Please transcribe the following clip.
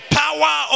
power